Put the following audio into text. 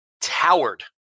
towered